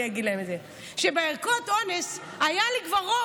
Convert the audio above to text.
אני אגיד להם את זה: בערכות אונס כבר היה לי רוב,